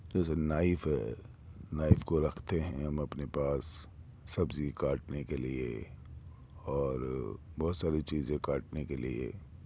جیسے نائف ہے نائف کو رکھتے ہیں ہم اپنے پاس سبزی کاٹنے کے لیے اور بہت ساری چیزیں کاٹنے کے لیے